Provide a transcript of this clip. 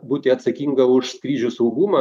būti atsakinga už skrydžių saugumą